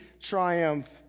triumph